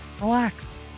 relax